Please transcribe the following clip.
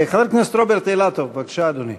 חבר הכנסת רוברט אילטוב, בבקשה, אדוני.